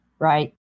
Right